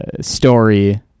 story